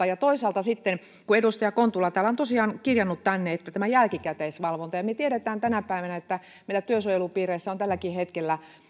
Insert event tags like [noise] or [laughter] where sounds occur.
[unintelligible] ja toisaalta sitten kuten edustaja kontula on tosiaan kirjannut sen tänne tämä jälkikäteisvalvonta kun me tiedämme tänä päivänä että meillä on työsuojelupiireissä tälläkin hetkellä